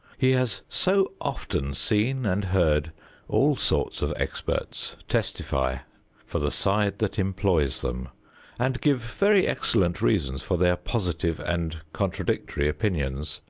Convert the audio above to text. he has so often seen and heard all sorts of experts testify for the side that employs them and give very excellent reasons for their positive and contradictory opinions,